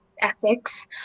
ethics